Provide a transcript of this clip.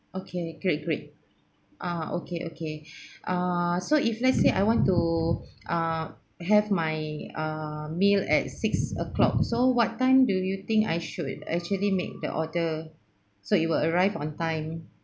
okay great great ah okay okay ah so if let's say I want to ah have my ah meal at six o'clock so what time do you think I should actually make the order so it will arrive on time